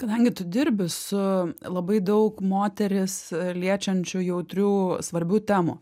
kadangi tu dirbi su labai daug moteris liečiančių jautrių svarbių temų